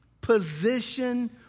position